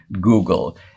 Google